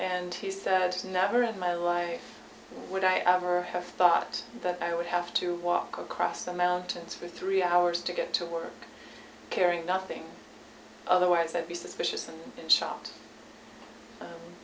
and he's never in my life would i ever have thought that i would have to walk across the mountains for three hours to get to work carrying nothing otherwise i'd be suspicious and been shocked